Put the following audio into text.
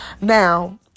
Now